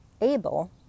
able